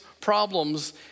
problems